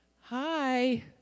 hi